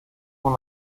con